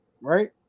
Right